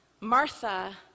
Martha